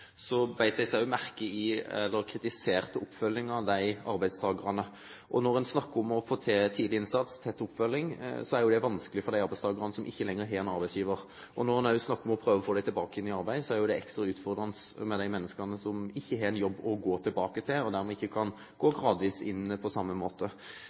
av de arbeidstakerne. Når man snakker om å få til tidlig innsats, tett oppfølging, er det vanskelig for de arbeidstakerne som ikke lenger har en arbeidsgiver. Og når man også snakker om å prøve å få dem tilbake i arbeid, er det ekstra utfordrende for de menneskene som ikke har en jobb å gå tilbake til, og dermed ikke kan gå gradvis inn på samme måte